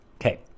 Okay